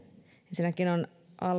ensinnäkin on